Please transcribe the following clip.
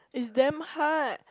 it's damn hard